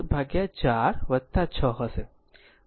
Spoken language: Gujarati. હશે તેથી તે 2 એમ્પીયર હશે